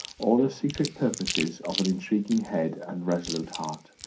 all the secret purposes of an intriguing head and resolute heart.